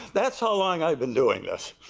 that's how long i have been doing this?